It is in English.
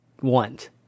want